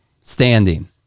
standing